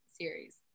series